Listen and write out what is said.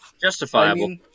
justifiable